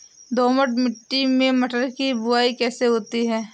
दोमट मिट्टी में मटर की बुवाई कैसे होती है?